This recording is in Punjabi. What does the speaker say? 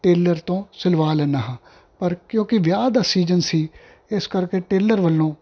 ਟੇਲਰ ਤੋਂ ਸਿਲਵਾ ਲੈਂਦਾ ਹਾਂ ਪਰ ਕਿਉਂਕਿ ਵਿਆਹ ਦਾ ਸੀਜਨ ਸੀ ਇਸ ਕਰਕੇ ਟੇਲਰ ਵੱਲੋਂ